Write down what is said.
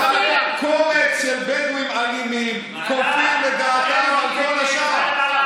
בואו והצטרפו למחאה של כולנו ונקים ממשלה שתשרת אתכם,